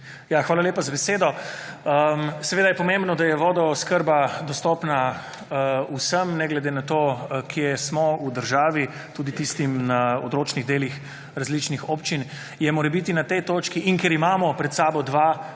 Hvala lepa za besedo. Seveda je pomembno, da je vodooskrba dostopna vsem, ne glede na to, kje smo v državi, tudi tistim na odročnih delih različnih občin. In ker imamo pred sabo dva amandmaja,